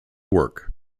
work